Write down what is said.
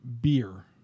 beer